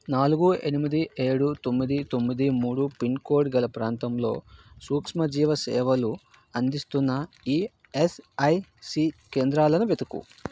నాలుగు ఎనిమిది ఏడు తొమ్మిది తొమ్మిది మూడు పిన్ కోడ్ గల ప్రాంతంలో సూక్ష్మజీవసేవలు అందిస్తున్న ఇఎస్ఐసి కేంద్రాలను వెతుకు